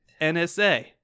NSA